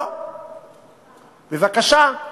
לא, בבקשה.